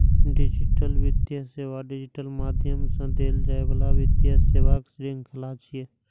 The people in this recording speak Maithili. डिजिटल वित्तीय सेवा डिजिटल माध्यम सं देल जाइ बला वित्तीय सेवाक शृंखला छियै